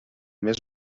més